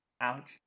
Ouch